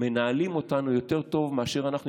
מנהלים אותנו טוב יותר מאשר אנחנו,